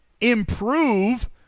improve